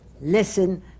listen